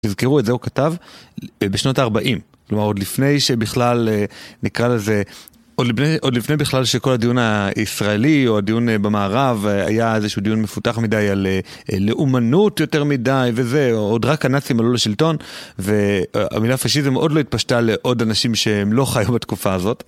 תזכרו, את זה הוא כתב בשנות ה-40, כלומר, עוד לפני שבכלל, נקרא לזה, עוד לפני בכלל שכל הדיון הישראלי או הדיון במערב היה איזשהו דיון מפותח מדי על לאומנות יותר מדי וזה, עוד רק הנאצים עלו לשלטון והמילה פאשיזם עוד לא התפשטה לעוד אנשים שהם לא חיו בתקופה הזאת.